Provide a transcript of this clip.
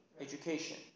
education